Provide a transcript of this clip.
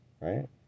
right